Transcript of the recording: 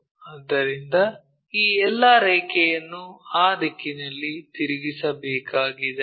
ಆದ್ದರಿಂದ ಈ ಎಲ್ಲಾ ರೇಖೆಯನ್ನು ಆ ದಿಕ್ಕಿನಲ್ಲಿ ತಿರುಗಿಸಬೇಕಾಗಿದೆ